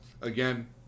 Again